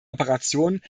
operation